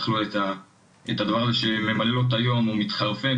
לו את הדבר הזה שממלא לו את היום הוא פשוט מתחרפן,